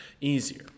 easier